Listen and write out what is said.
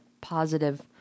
positive